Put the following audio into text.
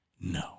No